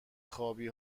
خوابی